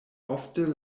ofte